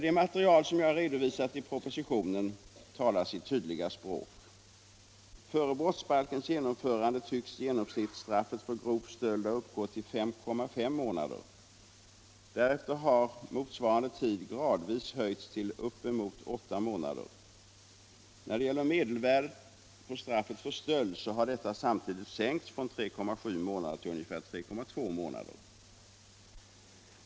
Det material som jag redovisat i den proposition vi nu behandlar talar sitt tydliga språk. Före brottsbalkens genomförande tycks genomsnittsstraffet för grov stöld ha uppgått till 5,5 månader. Därefter har motsvarande tid gradvis höjts till uppemot 8 månader. När det gäller medelvärdet på straffet för stöld så har detta samtidigt sänkts från 3,7 månader till ungefär 3,2 månader.